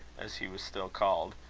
as he was still called,